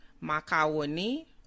Macaroni